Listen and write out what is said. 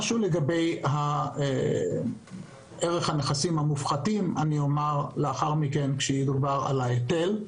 לנושא הנכסים המופחתים אתייחס מאוחר יותר כשידובר על ההיטל,